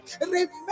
remember